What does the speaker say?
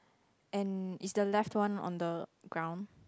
and is the left one on the ground